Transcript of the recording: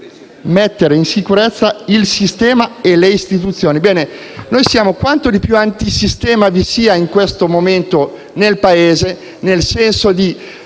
mettere in sicurezza il sistema e le istituzioni.